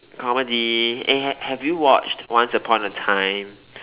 comedy eh have have you watched once upon a time